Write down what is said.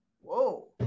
Whoa